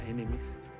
enemies